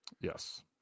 Yes